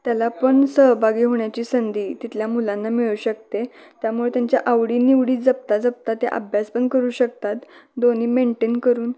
त्याला पण सहभागी होण्याची संधी तिथल्या मुलांना मिळू शकते त्यामुळं त्यांच्या आवडीनिवडी जपता जपता ते अभ्यासपण करू शकतात दोन्ही मेंटेन करून